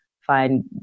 find